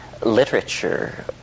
literature